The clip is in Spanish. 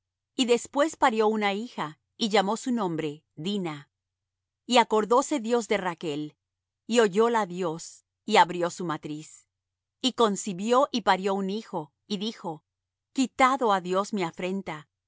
y después parió una hija y llamó su nombre dina y acordóse dios de rachl y oyóla dios y abrió su matriz y concibió y parió un hijo y dijo quitado ha dios mi afrenta